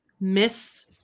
Miss